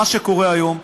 מה שקורה היום,